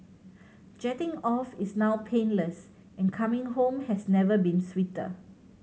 jetting off is now painless and coming home has never been sweeter